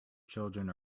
children